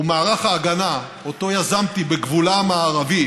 ומערך ההגנה שאותו יזמתי בגבולה המערבי